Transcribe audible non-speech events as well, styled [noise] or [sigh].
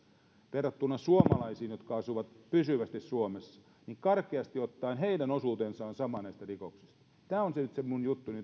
verrattuna suomalaisiin jotka asuvat pysyvästi suomessa niin karkeasti ottaen heidän osuutensa on sama näistä rikoksista tämä on nyt se minun juttuni [unintelligible]